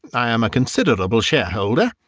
i am a considerable shareholder,